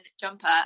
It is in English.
jumper